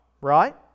right